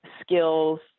skills